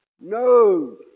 No